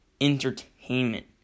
entertainment